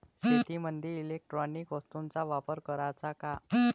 शेतीमंदी इलेक्ट्रॉनिक वस्तूचा वापर कराचा का?